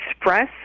express